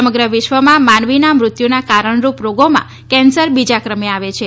સમગ્ર વિશ્વમાં માનવીના મૃત્યુના કારણરૂપ રોગોમાં કેન્સર બીજા ક્રમે આવે છે